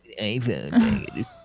iPhone